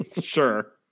Sure